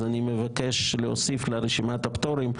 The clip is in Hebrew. אז אני מבקש להוסיף לרשימת הפטורים,